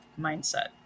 mindset